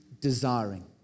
desiring